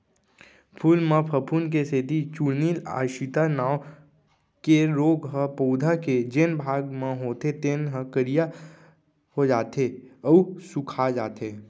फूल म फफूंद के सेती चूर्निल आसिता नांव के रोग ह पउधा के जेन भाग म होथे तेन ह करिया जाथे अउ सूखाजाथे